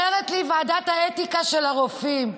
אומרת לי ועדת האתיקה של הרופאים: